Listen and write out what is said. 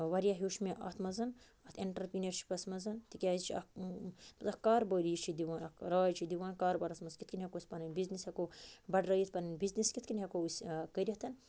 واریاہ ہیٚوچھ مےٚ اَتھ منٛز اتھ اینٹَرپرینرشِپَس مَنٛز تِکیٛاز یہِ چھِ اکھ اَکھ کاروبٲری چھِ دِوان راے چھِ دِوان کاربارَس منٛز کِتھٕ کٔنۍ ہیٚکو أسۍ پَنٕنۍ بِزنٮِ۪س ہیٚکو بَڈرٲوِتھ پَنٕنۍ بِزنِس کِتھٕ کٔنۍ ہیٚکو أسۍ آ کٔرِتھ